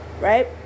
right